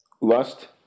Lust